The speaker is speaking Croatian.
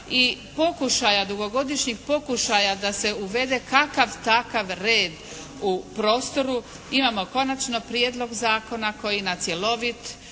i pokušaja, dugogodišnjih pokušaja da se uvede kakav takav red u prostoru imamo konačno prijedlog zakona koji na cjelovit,